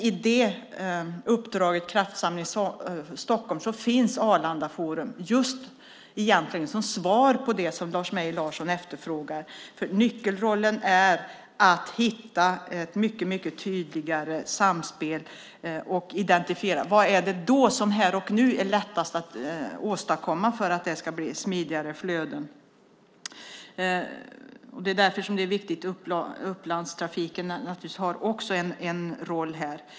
I uppdraget Kraftsamling Stockholm finns Arlanda forum som svar på det Lars Mejern Larsson efterfrågar. Nyckelrollen är att hitta ett tydligare samspel och identifiera vad som här och nu är lättast att åstadkomma för att det ska bli smidigare flöden. Därför är det viktigt att också Upplandstrafiken har en roll här.